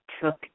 took